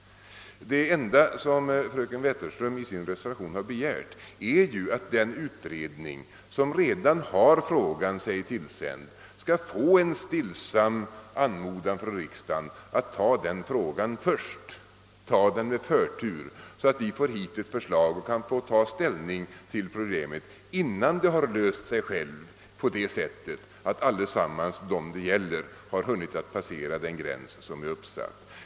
Det enda som fröken Wetterström har begärt i sin reservation är att den utredning som redan har frågan sig tillsänd skall få en stillsam anmodan från riksdagen att behandla den med förtur, så att vi får ett förslag på riksdagens bord och därmed kan ta ställning till problemet, innan det löst sig självt på det sättet att alla av frågan berörda har hunnit passera den gräns som är uppsatt.